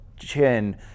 chin